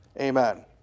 Amen